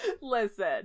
Listen